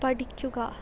പഠിക്കുക